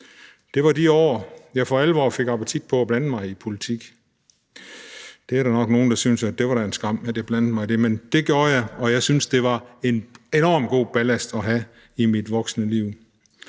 Det var i de år, jeg for alvor fik appetit på at blande mig i politik. Der er nok nogle, der synes, at det da var en skam, at jeg blandede mig i det, men det gjorde jeg, og jeg synes, det er en enormt god ballast at have i mit voksne liv.